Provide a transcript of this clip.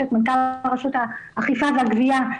יש את רשות האכיפה והגביה,